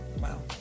Wow